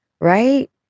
right